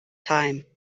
time